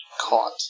caught